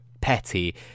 petty